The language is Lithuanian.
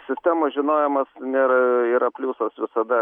sistemos žinojimas nėra yra pliusas visada